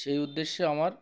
সেই উদ্দেশ্যে আমার